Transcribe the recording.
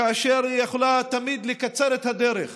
כאשר היא יכולה תמיד לקצר את הדרך